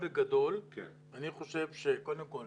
בגדול, אני חושב שקודם כול